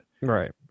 Right